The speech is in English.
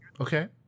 okay